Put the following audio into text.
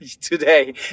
today